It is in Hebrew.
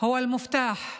המפתח והיא הבסיס לחיים